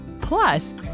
Plus